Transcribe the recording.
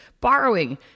borrowing